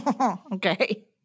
Okay